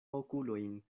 okulojn